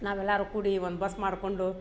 ನಾವು ಎಲ್ಲಾರು ಕೂಡಿ ಒಂದು ಬಸ್ ಮಾಡ್ಕೊಂಡು